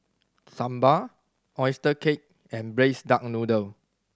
sambal oyster cake and Braised Duck Noodle